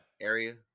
Area